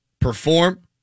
perform